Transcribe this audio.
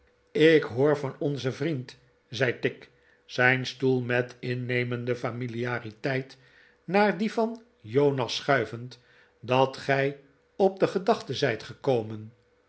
ik hoor van onzen vriend zei tigg zijn stoel met innemende familiariteit naar dien van jonas schuivend dat gij op de gedachte zijt gekomen